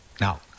Now